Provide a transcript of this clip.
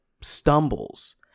stumbles